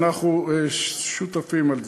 ואנחנו שותפים לזה.